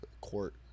court